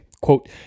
quote